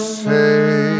say